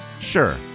Sure